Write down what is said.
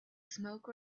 smoke